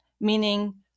meaning